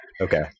Okay